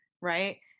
right